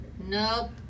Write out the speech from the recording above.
Nope